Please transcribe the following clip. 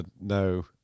No